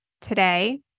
today